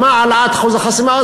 שמע על העלאת אחוז החסימה,